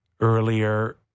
earlier